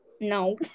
No